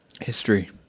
History